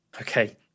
okay